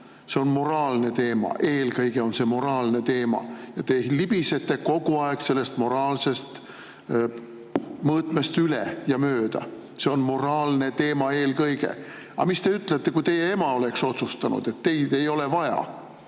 ainult juriidiline teema. Eelkõige on see moraalne teema. Te libisete kogu aeg sellest moraalsest mõõtmest üle ja mööda. See on moraalne teema eelkõige. Aga mis te ütlete, kui teie ema oleks otsustanud, et teid ei ole vaja?